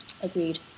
Agreed